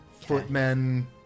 footmen